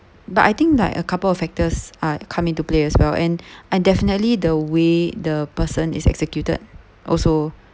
but I think like a couple of factors are coming to play as well and and definitely the way the person is executed also